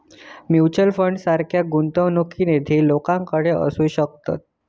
mutual फंडासारखा गुंतवणूक निधी लोकांकडे असू शकता